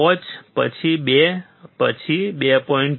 5 પછી 2 પછી 2